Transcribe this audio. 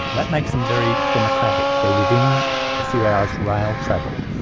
that makes them very democratic. they're within a few hours' rail travel.